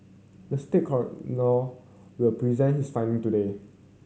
the state coroner will present his finding today